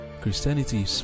christianity